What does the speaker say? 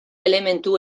elementu